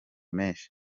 menshi